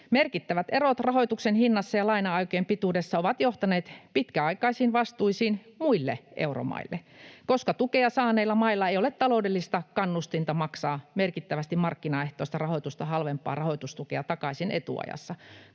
Merkittävät erot rahoituksen hinnassa ja laina-aikojen pituudessa ovat johtaneet pitkäaikaisiin vastuisiin muille euromaille, koska tukea saaneilla mailla ei ole taloudellista kannustinta maksaa merkittävästi markkinaehtoista rahoitusta halvempaa rahoitustukea takaisin etuajassa.